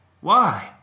Why